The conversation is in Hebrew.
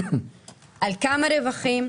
על כמה רווחים?